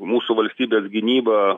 mūsų valstybės gynyba